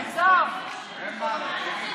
אוקיי,